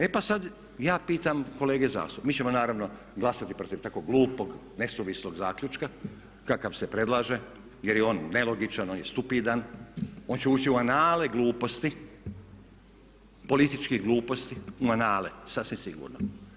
E pa sad ja pitam kolege zastupnike, mi ćemo naravno glasati protiv tako glupog, nesuvislog zaključka kakav se predlaže jer je on nelogičan, on je stupidan, on će ući u anale gluposti, političkih gluposti, u anale sasvim sigurno.